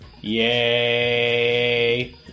Yay